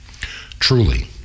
truly